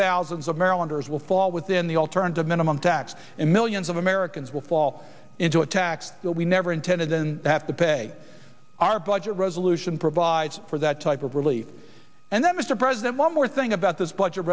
thousands of marylanders will fall within the alternative minimum tax and millions of americans will fall into a tax that we never intended and have to pay our budget resolution provides for that type of relief and that mr president one more thing about this budget